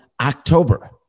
October